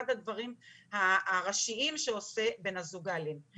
הדברים הראשיים שעושה בן הזוג האלים.